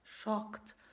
shocked